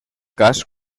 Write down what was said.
cas